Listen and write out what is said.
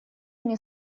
мне